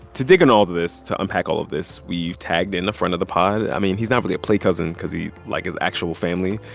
to dig in all of this, to unpack all of this, we've tagged in a friend of the pod. i mean, he's not really a play cousin because he's, like, is actual family.